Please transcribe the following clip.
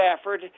Stafford